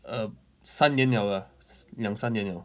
err 三年 liao lah 两三年 liao